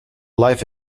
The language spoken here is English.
life